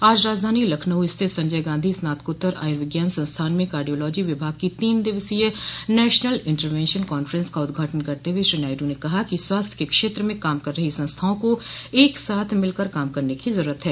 आज राजधानी लखनऊ स्थित संजय गांधी स्नातकोत्तर आयुर्विज्ञान संस्थान में कार्डियोलॉजी विभाग की तीन दिवसीय नेशनल इंटर वेंशन कांफ्रेंस का उद्घाटन करते हुए श्री नायडू ने कहा कि स्वास्थ्य के क्षेत्र में काम रही सभी संस्थाओं को एकसाथ मिलकर काम करने की जरूरत है